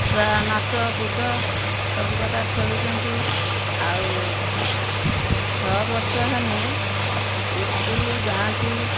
ଛୁଆ ନାଚ କୁଦ ସବୁ କଥା ଖେଳୁଛନ୍ତି ଆଉ ଛଅ ବର୍ଷ ହେନେ ଉସ୍କୁଲୁ ଯାଆନ୍ତି